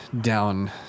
down